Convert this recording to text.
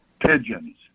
pigeons